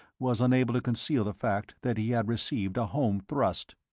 was unable to conceal the fact that he had received a home thrust.